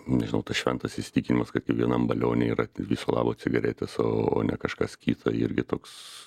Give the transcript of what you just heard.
nežinau tas šventas įsitikinimas kad kiekvienam balione yra viso labo cigaretės o o ne kažkas kita irgi toks